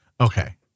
Okay